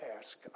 task